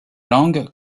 langues